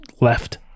Left